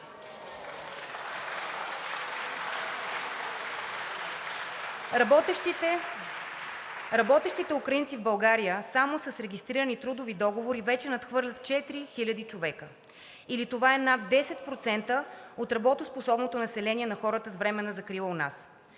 Работещите украинци в България само с регистрирани трудови договори вече надхвърлят 4000 човека, или това е над 10% от работоспособното население на хората с временна закрила у нас.